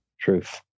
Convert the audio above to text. Truth